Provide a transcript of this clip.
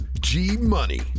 G-Money